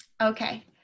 Okay